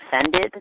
offended